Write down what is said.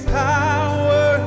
power